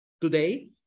today